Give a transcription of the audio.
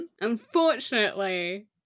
Unfortunately